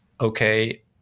okay